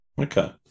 okay